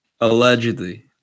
Allegedly